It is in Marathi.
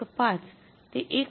५ ते १